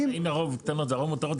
אז אם הרוב קטנות והרוב מותרות,